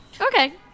okay